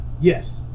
yes